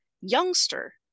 youngster